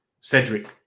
Cedric